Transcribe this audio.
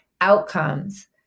outcomes